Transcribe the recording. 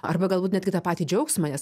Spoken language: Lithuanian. arba galbūt netgi tą patį džiaugsmą